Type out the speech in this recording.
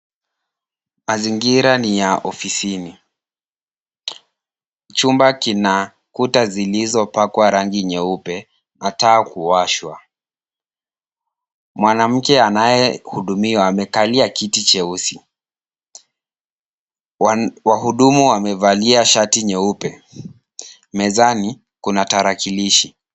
Mazingira ni ya ofisini. Chumba kina kuta zilizopakwa rangi nyeupe na taa kuwashwa. Mwanamke anayehudumiwa amekalia kiti cheusi. Wahudumu wamevalia shati nyeupe. Mezani kuna tarakilishi.